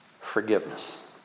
Forgiveness